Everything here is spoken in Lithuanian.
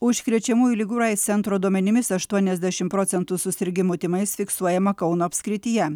užkrečiamųjų ligų ir aids centro duomenimis aštuoniasdešim procentų susirgimų tymais fiksuojama kauno apskrityje